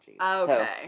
Okay